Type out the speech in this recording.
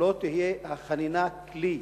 לא תהיה החנינה כלי